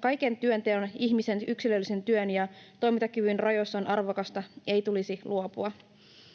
kaikki työnteko ihmisen yksilöllisen työ- ja toimintakyvyn rajoissa on arvokasta, ei tulisi luopua.